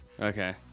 Okay